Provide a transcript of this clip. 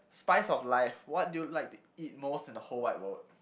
spice of life what do you like to eat most in the whole wide world